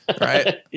Right